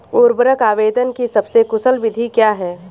उर्वरक आवेदन की सबसे कुशल विधि क्या है?